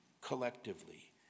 collectively